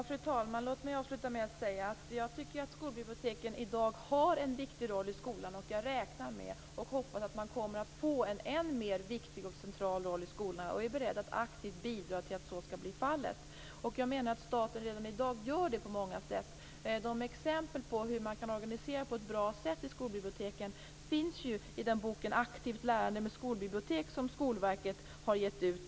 Fru talman! Låt mig avsluta med att säga att jag tycker att skolbiblioteken i dag har en viktig roll i skolan. Jag räknar med och hoppas på att de kommer att få en än mer viktig och central roll i skolan. Jag är också beredd att aktivt bidra till att så skall bli fallet. Jag menar att staten redan i dag bidrar på många sätt. Exempel på hur man kan organisera skolbiblioteken på ett bra sätt finns i boken Aktivt lärande med skolbibliotek som Skolverket har gett ut.